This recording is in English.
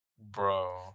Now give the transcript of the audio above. Bro